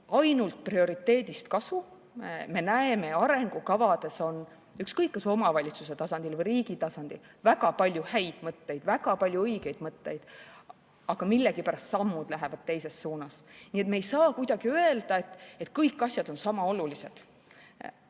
Ainult prioriteedist ei ole kasu. Me näeme, et arengukavades on – ükskõik, kas omavalitsuse tasandil või riigi tasandil – väga palju häid mõtteid, väga palju õigeid mõtteid, aga millegipärast sammud lähevad teises suunas. Me ei saa kuidagi öelda, et kõik asjad on sama olulised.